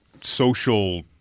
social